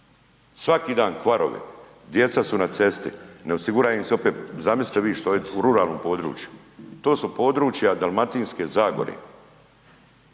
svaki dan kvarovi, djeca su na cesti, zamislite vi što je u ruralnom području, to su područja Dalmatinske zagore.